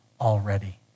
already